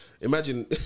Imagine